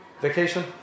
Vacation